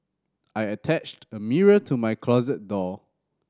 I attached a mirror to my closet door